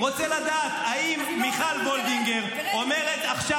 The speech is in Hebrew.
רוצה לדעת האם מיכל וולדיגר -- אני לא רוצה